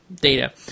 data